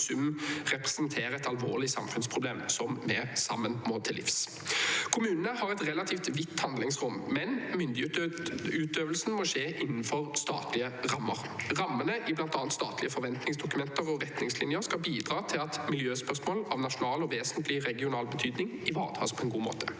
i sum representerer et alvorlig samfunnsproblem som vi sammen må til livs. Kommunene har et relativt vidt handlingsrom, men myndighetsutøvelsen må skje innenfor statlige rammer. Rammene i bl.a. statlige forventningsdokumenter og retningslinjer skal bidra til at miljøspørsmål av nasjonal og vesentlig regional betydning ivaretas på en god måte.